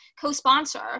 co-sponsor